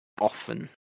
often